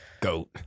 Goat